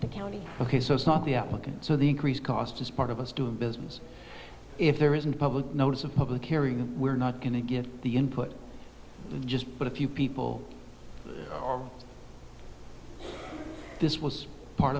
the county ok so it's not the applicant so the increased cost is part of us doing business if there isn't public notice of public airing we're not going to get the input just put a few people this was part